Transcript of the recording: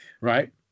right